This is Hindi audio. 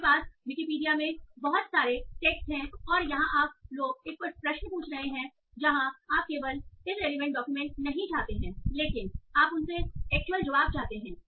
आपके पास विकिपीडिया में बहुत सारे टेक्स्ट हैं और यहां आप लोग एक प्रश्न पूछ रहे हैं जहां आप केवल इररेलीवेंट डॉक्यूमेंट नहीं चाहते हैं लेकिन आप उनसे एक्चुअल जवाब चाहते हैं